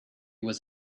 was